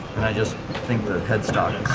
and i just think the headstock